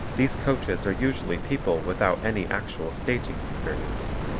these coaches are usually people without any actual staging experience,